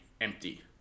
empty